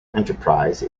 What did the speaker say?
enterprise